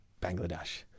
Bangladesh